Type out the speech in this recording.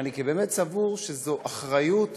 כי אני באמת סבור שזאת אחריות